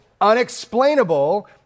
unexplainable